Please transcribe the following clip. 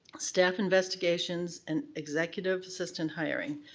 staff investigations and executive assistant hiring.